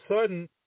sudden